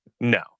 No